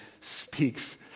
speaks